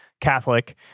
Catholic